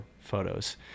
photos